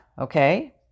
okay